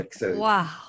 Wow